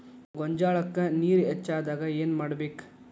ಗೊಂಜಾಳಕ್ಕ ನೇರ ಹೆಚ್ಚಾದಾಗ ಏನ್ ಮಾಡಬೇಕ್?